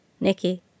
Nikki